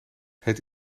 het